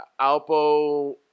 Alpo